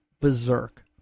berserk